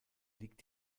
liegt